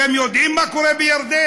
אתם יודעים מה קורה בירדן?